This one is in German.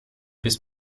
bis